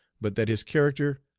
but that his character,